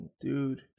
dude